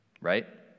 right